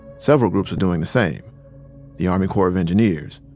several groups were doing the same the army corps of engineers,